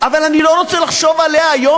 אבל אני לא רוצה לחשוב עליה היום,